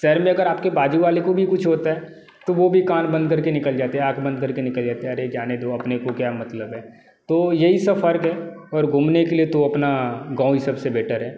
शहर में अगर आप के बाज़ू वाले को भी कुछ होता है तो वो भी कान बंद कर के निकल जाते हैं आँख बंद कर के निकल जाते हैं अरे जाने दो अपने को क्या मतलब है तो यही सब फ़र्क़ है और घूमने के लिए तो अपना गाँव ही सब से बेटर है